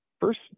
First